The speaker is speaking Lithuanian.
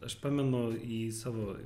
aš pamenu į savo